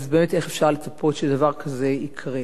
אז באמת, איך אפשר לצפות שדבר כזה יקרה?